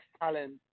talent